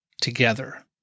together